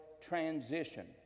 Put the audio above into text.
transition